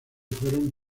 fueron